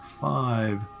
five